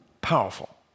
Powerful